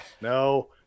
No